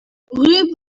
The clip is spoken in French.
rue